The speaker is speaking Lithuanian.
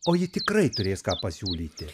o ji tikrai turės ką pasiūlyti